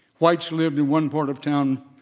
whites lived in one part of town,